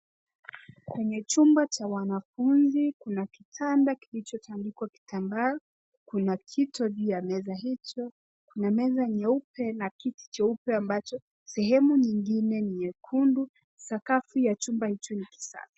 Kwenye chumba cha wanafunzi, kuna kitanda kilichotandikwa kitambaa, kuna kitio uu ya meza hicho, kuna meza nyeupe na kiti cheupe ambacho sehemu nyingine ni nyekundu. Sakafu ya chumba hicho ni safi.